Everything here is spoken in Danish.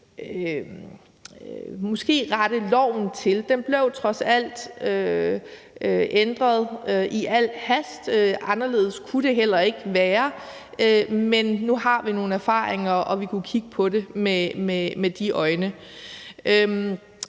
kunne rette loven til. Den blev trods alt ændret i al hast. Anderledes kunne det heller ikke være, men nu har vi nogle erfaringer, og vi kunne kigge på det med de øjne.